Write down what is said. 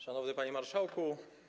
Szanowny Panie Marszałku!